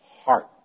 heart